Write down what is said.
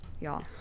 y'all